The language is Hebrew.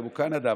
קנדה,